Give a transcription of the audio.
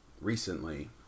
recently